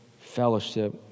fellowship